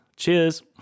Cheers